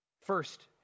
First